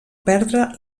perdre